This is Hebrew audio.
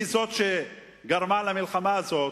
היא זאת שגרמה למלחמה הזאת,